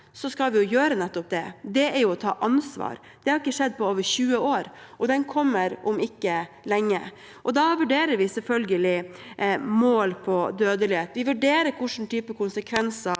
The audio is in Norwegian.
skal vi gjøre nettopp det. Det er å ta ansvar. Det har ikke skjedd på over 20 år. Den meldingen kommer om ikke lenge. Da vurderer vi selvfølgelig mål for dødelighet, vi vurderer hvilke konsekvenser